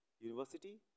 university